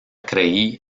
creí